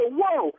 whoa